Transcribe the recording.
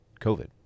COVID